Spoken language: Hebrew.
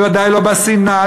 ודאי לא לסנאט,